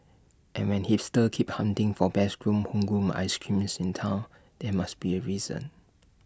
and when hipsters keep hunting for best homegrown ice creams in Town there must be A reason